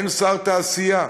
אין שר תעשייה.